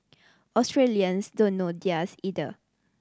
Australians don't know theirs either